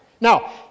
Now